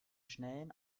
schnellen